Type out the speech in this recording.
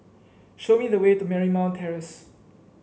show me the way to Marymount Terrace